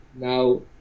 now